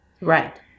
Right